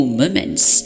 moments